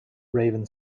raven